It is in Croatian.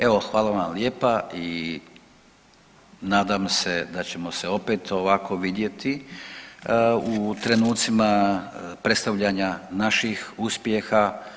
Evo hvala vam lijepa i nadam se da ćemo se opet ovako vidjeti u trenutcima predstavljanja naših uspjeha.